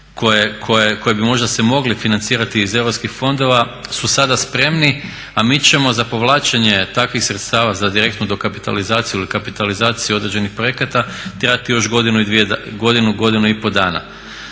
koje bi možda se mogli financirati iz europskih fondova su sada spremni, a mi ćemo za povlačenje takvih sredstava za direktnu dokapitalizaciju ili kapitalizaciju određenih projekata trebati još godinu, godinu i pol dana.